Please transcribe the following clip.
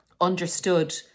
understood